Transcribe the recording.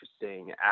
interesting